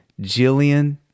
Jillian